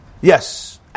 Yes